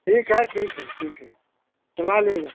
ठीक है ठीक है ठीक है चला लेगा